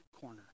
corner